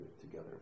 together